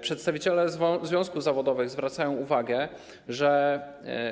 Przedstawiciele związków zawodowych zwracają uwagę, że